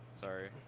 Sorry